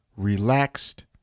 Relaxed